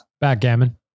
Backgammon